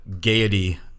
gaiety